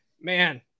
man